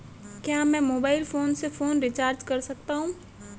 क्या मैं mobile phone से फोन रिचार्ज कर सकता हूं?